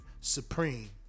supreme